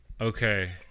Okay